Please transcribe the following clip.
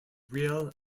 real